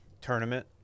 tournament